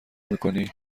میکنی